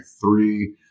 three